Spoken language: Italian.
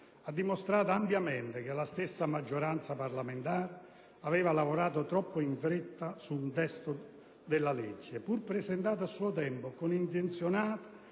hanno dimostrato ampiamente che la stessa maggioranza parlamentare aveva lavorato troppo in fretta sul testo del disegno di legge, pur presentato a suo tempo come intenzionato